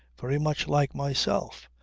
very much like myself.